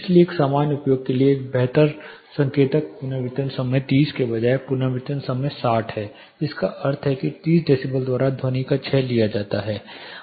इसलिए एक सामान्य उपयोग के लिए एक बेहतर संकेतक पुनर्वितरण समय 30 के बजाय पुनर्वितरण समय 60 है जिसका अर्थ है कि 30 डेसिबल द्वारा ध्वनि का क्षय लिया जाता है